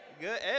Good